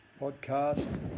podcast